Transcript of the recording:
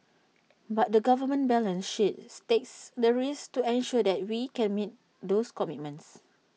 but the government balance sheets takes the risk to ensure that we can meet those commitments